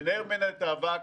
לנער ממנה את האבק.